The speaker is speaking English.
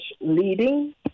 leading